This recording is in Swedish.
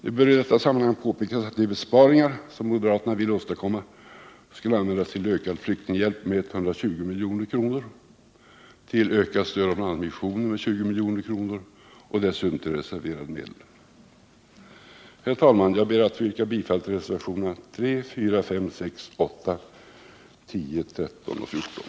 Det bör i detta sammanhang påpekas att de besparingar som moderaterna vill åstadkomma skulle användas till en ökning av flyktinghjälpen med 120 milj.kr., till en ökning av stödet till bl.a. missionen med 20 milj.kr. och dessutom till en reservering av medel. Herr talman! Jag ber att få yrka bifall till reservationerna 3,4,6, 8,10, 13 och 14.